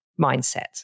mindset